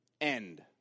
end